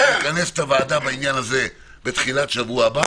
אנחנו נכנס את הוועדה בעניין הזה בתחילת השבוע הבא,